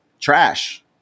trash